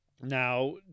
Now